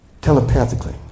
Telepathically